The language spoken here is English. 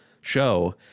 show